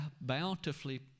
bountifully